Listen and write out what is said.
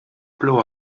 blow